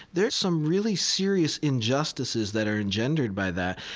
there's some really serious injustices that are engendered by that.